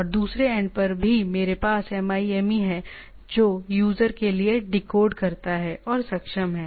और दूसरे एंड पर भी मेरे पास MIME है जो यूजर के लिए डिकोड करता है और सक्षम है